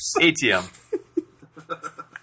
ATM